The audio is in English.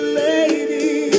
lady